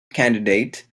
candidate